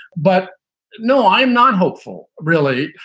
but no, i'm not hopeful, really.